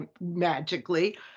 magically